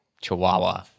chihuahua